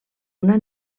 una